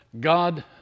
God